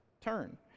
Turn